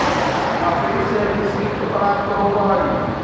मकड़ि से भी सिल्क प्राप्त होवऽ हई